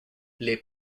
les